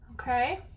Okay